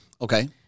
Okay